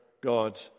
God